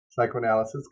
psychoanalysis